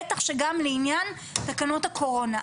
בטח שגם לעניין תקנות הקורונה.